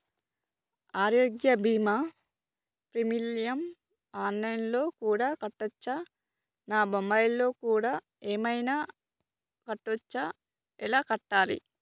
ఆరోగ్య బీమా premium online లో కూడా కట్టచ్చా? నా మొబైల్లో కూడా ఏమైనా కట్టొచ్చా? ఎలా కట్టాలి?